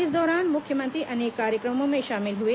इस दौरान मुख्यमंत्री अनेक कार्यक्रमों में शामिल हुए